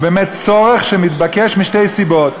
זה באמת צורך שמתבקש משתי סיבות: